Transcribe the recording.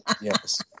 yes